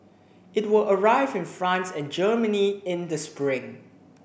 it will arrive in France and Germany in the spring